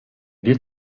wird